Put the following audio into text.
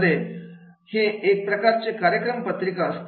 हे एक प्रकारची कार्यक्रम पत्रिका असते